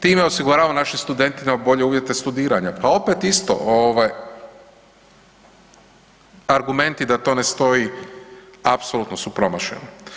Time osiguravamo našim studentima bolje uvjete studiranja pa opet isto ovaj argumenti da to ne stoji apsolutno su promašeni.